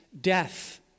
death